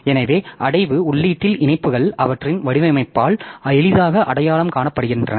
எனவே அடைவு உள்ளீட்டில் இணைப்புகள் அவற்றின் வடிவமைப்பால் எளிதாக அடையாளம் காணப்படுகின்றன